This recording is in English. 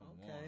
Okay